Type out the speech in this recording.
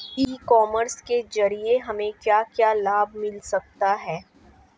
E commerce के ज़रिए हमें क्या क्या लाभ मिल सकता है?